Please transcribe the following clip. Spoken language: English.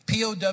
POW